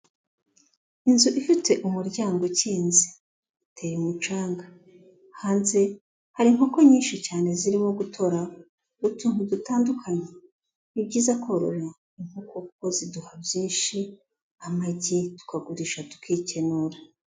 Inzu ifite umuryango ukinze, iteye umucanga, hanze hari inkoko nyinshi cyane zirimo gutora utuntu dutandukanye, ni byiza korora inkoko kuko ziduha byinshi, amagi tukagurisha tukikenura.